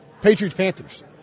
Patriots-Panthers